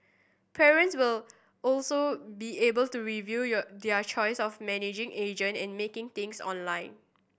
parents will also be able to review your their choice of managing agent and making changes online